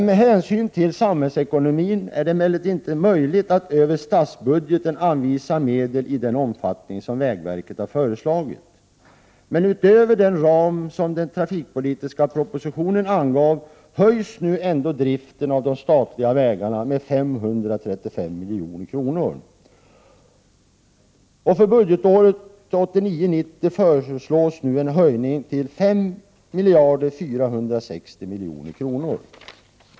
Med hänsyn till samhällsekonomin är det emellertid inte möjligt att anvisa medel över statsbudgeten i den omfattning som vägverket har föreslagit. Utöver den ram som den trafikpolitiska propositionen angav höjs nu emellertid anslaget till driften av de statliga vägarna med 535 milj.kr. För budgetåret 1989/90 föreslås nu en höjning till 5 460 milj.kr.